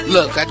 Look